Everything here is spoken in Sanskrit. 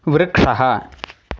वृक्षः